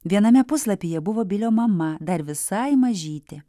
viename puslapyje buvo bilio mama dar visai mažytė